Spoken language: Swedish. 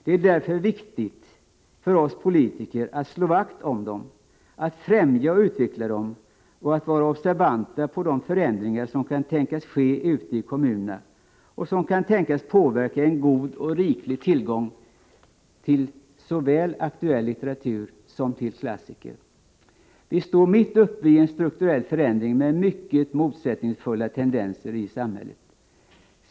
Det är därför viktigt för oss politiker att slå vakt om dem, att främja och 19 utveckla dem och att vara observanta på de förändringar som kan tänkas ske ute i kommunerna och påverka en god och rik tillgång till såväl aktuell litteratur som klassiker. Vi står mitt uppe i en strukturell förändring med mycket motsättningsfyllda tendenser i samhället.